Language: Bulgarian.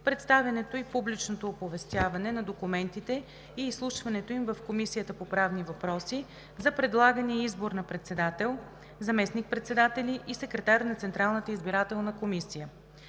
представянето и публичното оповестяване на документите и изслушването им в Комисията по правни въпроси, за предлагане .и избор на председател, заместник-председатели и секретар на Централната избирателна комисия: